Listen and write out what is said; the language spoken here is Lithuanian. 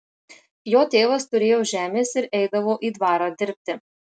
jo tėvas turėjo žemės ir eidavo į dvarą dirbti